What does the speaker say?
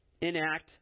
enact